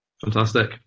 Fantastic